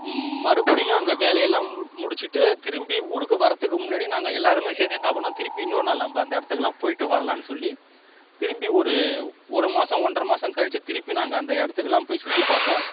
மறுபடியும் அங்கே வேலையெல்லாம் மு முடிச்சுட்டு திரும்பி ஊருக்கு வர்கிறத்துக்கு முன்னாடி நாங்கள் எல்லாருமே சேர்ந்து என்ன பண்ணோம் திருப்பி இன்னொரு நாள் நம்ம அந்த இடத்துக்குலாம் போயிட்டு வரலாம்னு சொல்லி திரும்பி ஒரு ஒரு மாசம் ஒன்ற மாசம் கழித்து திருப்பி நாங்கள் அந்த இடத்துக்குலாம் போய் சுற்றி பார்த்தோம்